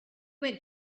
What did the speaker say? went